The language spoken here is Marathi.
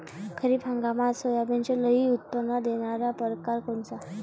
खरीप हंगामात सोयाबीनचे लई उत्पन्न देणारा परकार कोनचा?